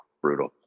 Brutal